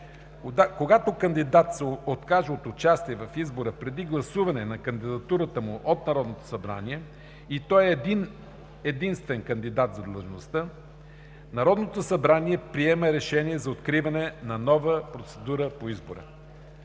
Когато кандидат се откаже от участие в избора преди гласуване на кандидатурата му от Народното събрание и той е единствен кандидат за длъжността, Народното събрание приема решение за откриване на нова процедура за избор.